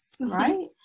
right